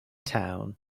town